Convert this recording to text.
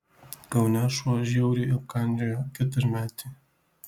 kaune šuo žiauriai apkandžiojo keturmetį